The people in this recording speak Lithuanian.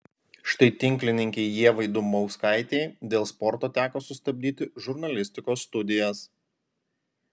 štai tinklininkei ievai dumbauskaitei dėl sporto teko sustabdyti žurnalistikos studijas